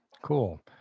Cool